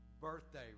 birthday